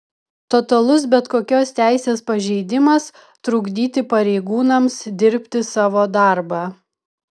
totalus bet kokios teisės pažeidimas trukdyti pareigūnams dirbti savo darbą